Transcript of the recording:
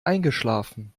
eingeschlafen